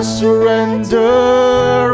surrender